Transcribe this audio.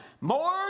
more